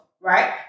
right